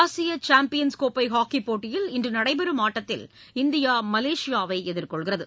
ஆசிய சாம்பியன்ஸ் கோப்பை ஹாக்கிப்போட்டியில் இந்தியா இன்று நடைபெறும் ஆட்டத்தில் மலேஷியாவை எதிர்கொள்கிறது